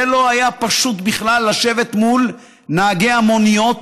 זה לא היה פשוט בכלל לשבת מול נהגי המוניות,